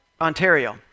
Ontario